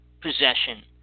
possession